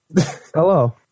Hello